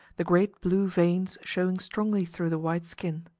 the great blue veins showing strongly through the white skin.